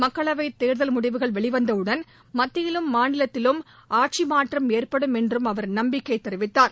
மக்களவைத் தேர்தல் முடிவுகள் வெளிவந்தவுடன் மத்தியிலும் மாநிலத்திலும் ஆட்சி மாற்றம் ஏற்படும் என்றும் அவர் நம்பிக்கை தெரிவித்தார்